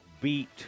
beat –